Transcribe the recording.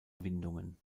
windungen